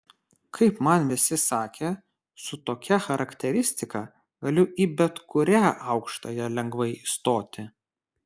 kaip man visi sakė su tokia charakteristika galiu į bet kurią aukštąją lengvai įstoti